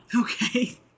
Okay